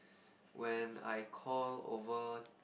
when I call over